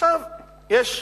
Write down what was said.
עכשיו יש מין,